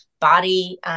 body